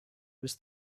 was